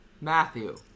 Matthew